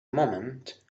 moment